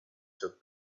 took